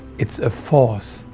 it's a force,